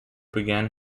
began